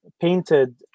painted